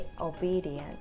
obedient